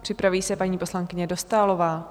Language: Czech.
Připraví se paní poslankyně Dostálová.